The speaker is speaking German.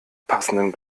passenden